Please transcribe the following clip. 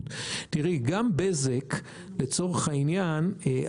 נראה לי שהיא יכולה להיות מנוצלת בצורה לא טובה ובהינתן